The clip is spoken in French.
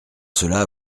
cela